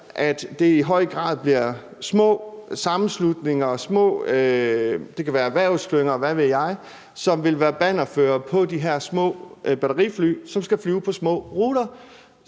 at det i høj grad bliver små sammenslutninger – og det kan være erhvervsklynger, hvad ved jeg – som vil være bannerførere på de her små batterifly, som skal flyve på små ruter,